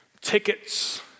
tickets